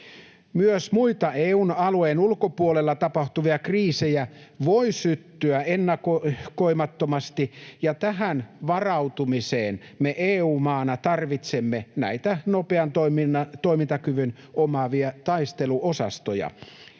Myös muita EU:n alueen ulkopuolella tapahtuvia kriisejä voi syttyä ennakoimattomasti, ja tähän varautumiseen me EU-maana tarvitsemme näitä nopean toimintakyvyn omaavia taisteluosastoja,